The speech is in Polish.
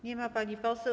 Nie ma pani poseł.